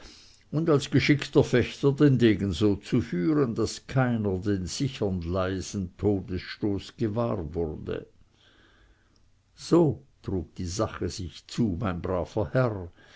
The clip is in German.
und als geschickter fechter den degen so zu führen daß keiner den sichern leisen todesstoß gewahr wurde so trug die sache sich zu mein braver herr